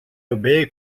obey